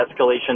escalation